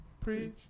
preach